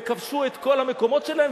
וכבשו את כל המקומות שלהם,